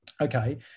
okay